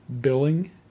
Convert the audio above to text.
billing